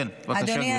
בבקשה, גברתי.